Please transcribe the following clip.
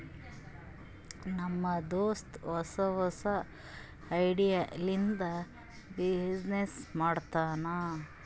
ನಮ್ ದೋಸ್ತ ಹೊಸಾ ಹೊಸಾ ಐಡಿಯಾ ಲಿಂತ ಬಿಸಿನ್ನೆಸ್ ಮಾಡ್ತಾನ್